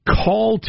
call